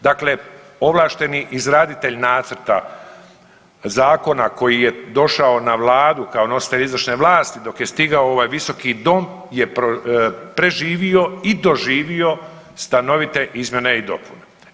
Dakle, ovlašteni izraditelj nacrta zakona koji je došao na vladu kao nositelj izvršne vlasti dok je stigao u ovaj visoki dom je preživio i doživio stanovite izmjene i dopune.